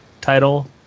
title